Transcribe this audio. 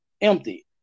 empty